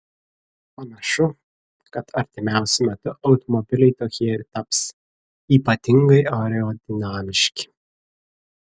panašu kad artimiausiu metu automobiliai tokie ir taps ypatingai aerodinamiški